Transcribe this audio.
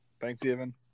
Thanksgiving